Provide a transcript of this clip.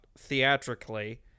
theatrically